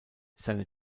seine